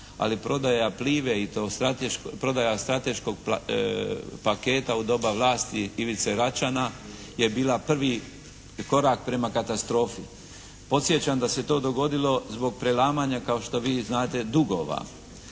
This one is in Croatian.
ali prodaja "Plive" i prodaja strateškog paketa u doba vlasti Ivice Račana, je bila prvi korak prema katastrofi. Podsjećam da se to dogodilo zbog prelamanja kao što vi znate dugova.